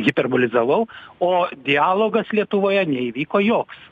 hiperbolizavau o dialogas lietuvoje neįvyko joks